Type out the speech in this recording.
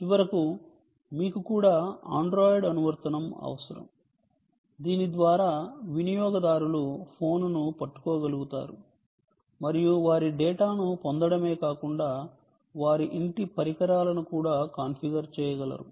చివరకు మీకు కూడా ఆండ్రాయిడ్ అనువర్తనం అవసరం దీని ద్వారా వినియోగదారులు ఫోన్ను పట్టుకోగలుగుతారు మరియు వారి డేటాను పొందడమే కాకుండా వారి ఇంటి పరికరాలను కూడా కాన్ఫిగర్ చేయగలరు